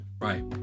right